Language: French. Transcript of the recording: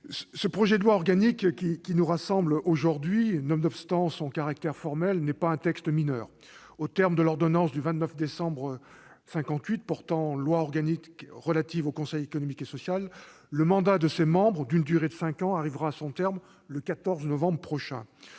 le projet de loi organique qui nous rassemble aujourd'hui, nonobstant son caractère formel, n'est pas un texte mineur. Aux termes de l'ordonnance du 29 décembre 1958 portant loi organique relative au Conseil économique et social, le mandat de ses membres, d'une durée de cinq ans, arrivera à échéance le 14 novembre prochain.